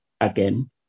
again